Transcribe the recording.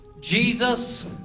Jesus